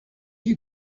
you